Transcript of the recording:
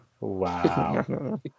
Wow